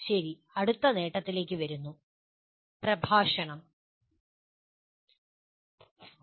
ശരി അടുത്ത നേട്ടത്തിലേക്ക് വരുന്നു "പ്രഭാഷണം"